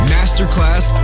Masterclass